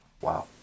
wow